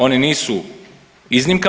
Oni nisu iznimka.